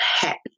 happy